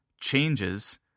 Changes